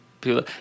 people